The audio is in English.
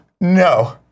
No